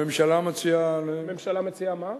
הממשלה מציעה, הממשלה מציעה מה?